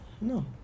No